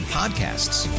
podcasts